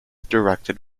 directed